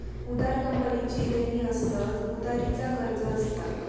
उधार कंपनीची देणी असतत, उधारी चा कर्ज असता